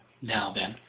now then,